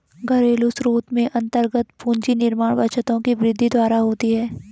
घरेलू स्रोत में अन्तर्गत पूंजी निर्माण बचतों की वृद्धि द्वारा होती है